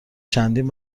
چندین